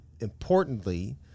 importantly